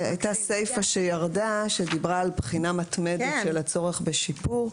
הייתה סיפה שירדה שדיברה על בחינה מתמדת של הצורך בשיפור.